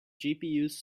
gpus